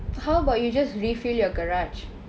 how about you just refill your garage